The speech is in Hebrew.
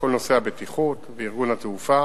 לכל נושא הבטיחות וארגון התעופה